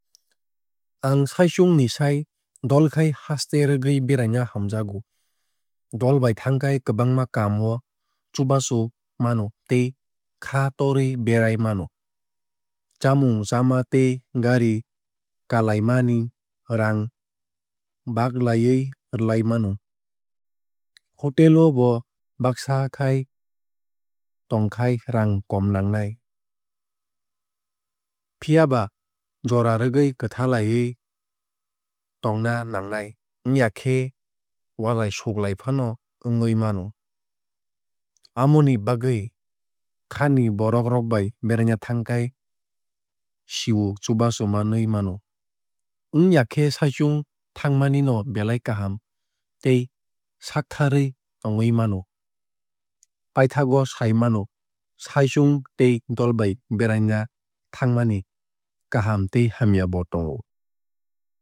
Ang saichung ni sai dolkhai haste rwgui beraina hamjago. Dolbai thangkhai kwbangma kaam o chubachu mano tei kha torwui berai mano. Chamung chama tei gari kalaimani raang baglaiwui rwlai mano. Hotel o bo baksa khai tongkhai raang kom nangnai. Phiaba jora rwgui kwthalawui tongna nangnai wngya khe walai suklai faano wngui mano. Amoni bagwui khani borok rok bai beraina thngkhai se o chubachu manwui mano. Wngyakhe saichung thangmani no belai kaham tei saaktharwui tongui mano. Paithaokgo sai mano saichung tei dolbai beraina thangmani kaham tei hamya bo tongo.